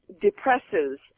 depresses